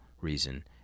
reason